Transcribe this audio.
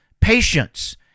Patience